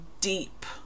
deep